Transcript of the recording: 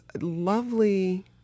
lovely